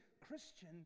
Christian